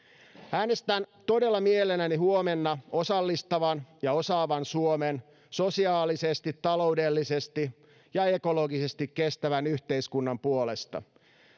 äänestän todella mielelläni huomenna osallistavan ja osaavan suomen sosiaalisesti taloudellisesti ja ekologisesti kestävän yhteiskunnan puolesta